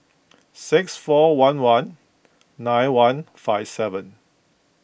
six four one one nine one five seven